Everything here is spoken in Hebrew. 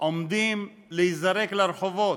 עומדים להיזרק לרחובות.